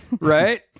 Right